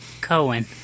Cohen